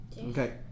Okay